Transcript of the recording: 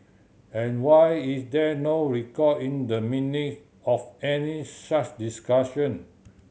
and why is there no record in the Minute of any such discussion